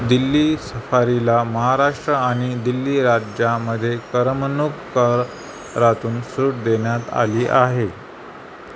दिल्ली सफारीला महाराष्ट्र आणि दिल्ली राज्यामध्ये करमणूक करातून सूट देण्यात आली आहे